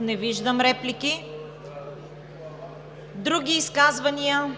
Не виждам реплики. Други изказвания?